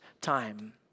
time